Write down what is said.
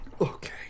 Okay